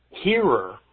hearer